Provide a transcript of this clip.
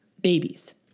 babies